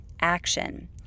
action